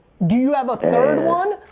do you have a third one?